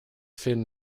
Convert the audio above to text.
fin